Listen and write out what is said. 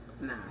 Nah